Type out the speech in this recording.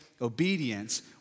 obedience